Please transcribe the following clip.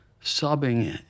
sobbing